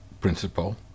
principle